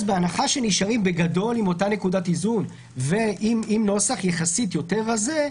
בהנחה שנישאר בגדול עם אותה נקודת איזון ועם נוסח יחסית יותר רזה,